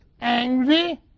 angry